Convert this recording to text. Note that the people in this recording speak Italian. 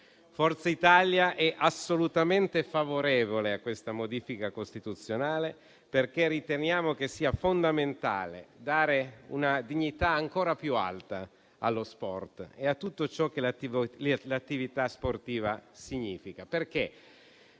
Forza Italia è assolutamente favorevole a questa modifica costituzionale, poiché ritiene che sia fondamentale conferire una dignità ancora più alta allo sport e a tutto ciò che l'attività sportiva rappresenta.